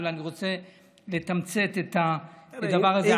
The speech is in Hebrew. אבל אני רוצה לתמצת את הדבר הזה.